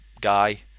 guy